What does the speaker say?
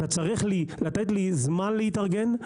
אתה צריך לתת לי זמן להתארגן,